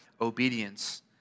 obedience